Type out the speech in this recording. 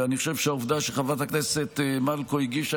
ואני חושב שהעובדה שחברת הכנסת מלקו הגישה